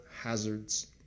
hazards